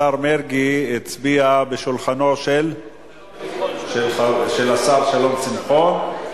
השר מרגי הצביע בשולחנו של השר שלום שמחון.